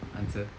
answer